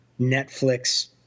Netflix